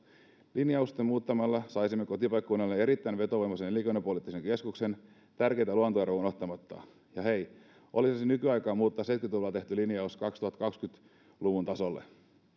linjausta muuttamalla saisimme kotipaikkakunnalle erittäin vetovoimaisen elinkeinopoliittisen keskuksen tärkeitä luontoarvoja unohtamatta ja hei olisihan se nykyaikaa muuttaa seitsemänkymmentä luvulla tehty linjaus kaksituhattakaksikymmentä luvun tasolle